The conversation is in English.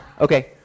Okay